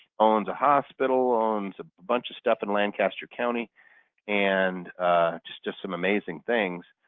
owns a hospital, owns a bunch of stuff in lancaster county and just does some amazing things